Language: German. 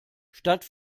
statt